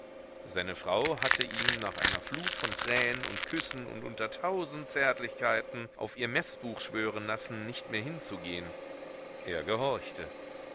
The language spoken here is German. seine frau hatte ihn nach einer flut von tränen und küssen und unter tausend zärtlichkeiten auf ihr meßbuch schwören lassen nicht mehr hinzugehen er gehorchte